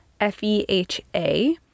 FEHA